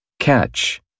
catch